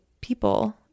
people